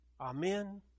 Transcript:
Amen